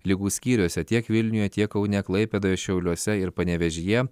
ligų skyriuose tiek vilniuje tiek kaune klaipėdoje šiauliuose ir panevėžyje